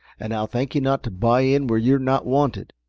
and i'll thank you not to buy in where you're not wanted.